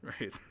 Right